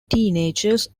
teenagers